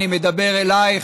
אני מדבר אלייך,